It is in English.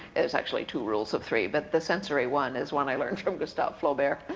there's actually two rules of three, but the sensory one is one i learned from gustav flaubert,